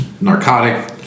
narcotic